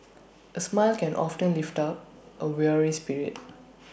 A smile can often lift up A weary spirit